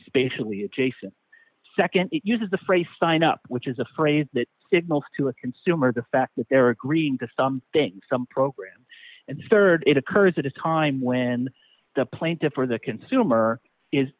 spatially adjacent nd it uses the phrase sign up which is a phrase that signals to a consumer the fact that they're agreeing to some things some program and rd it occurs at a time when the plane to for the consumer is